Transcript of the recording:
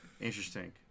Interesting